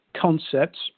concepts